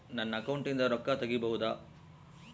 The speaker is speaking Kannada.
ನನ್ನ ಅಕೌಂಟಿಂದ ರೊಕ್ಕ ತಗಿಬಹುದಾ?